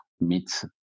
meet